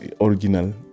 original